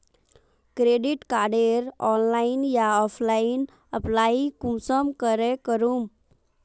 Credit कार्डेर online या offline apply कुंसम करे करूम?